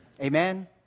Amen